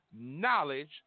knowledge